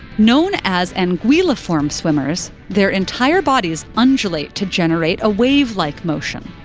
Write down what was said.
known as and anguilliform swimmers, their entire bodies undulate to generate a wave-like motion.